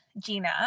Gina